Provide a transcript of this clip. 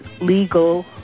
legal